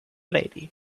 lady